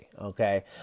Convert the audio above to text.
Okay